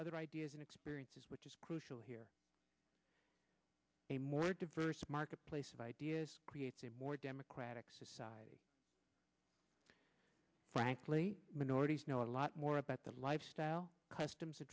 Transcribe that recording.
other ideas and experiences which is crucial here a more diverse marketplace of ideas creates a more democratic society frankly minorities know a lot more about the lifestyle customs a